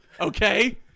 okay